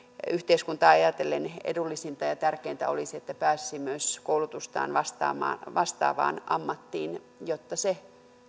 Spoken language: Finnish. yhteiskuntaa ajatellen edullisinta ja ja tärkeintä olisi että pääsisi myös koulutustaan vastaavaan ammattiin jotta se